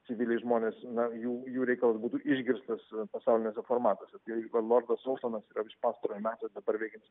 civiliai žmonės na jų jų reikalas būtų išgirstas pasauliniuose formatuose tai lordas solstonas yra pastarojo meto dabar veikiantis